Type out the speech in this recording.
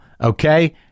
Okay